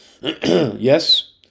Yes